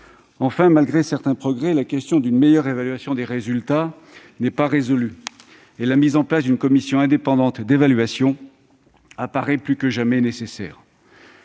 Enfin, malgré certains progrès, la question d'une meilleure évaluation des résultats n'est pas résolue et la mise en place d'une commission indépendante d'évaluation paraît plus que jamais nécessaire.